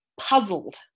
puzzled